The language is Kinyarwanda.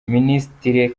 minisitiri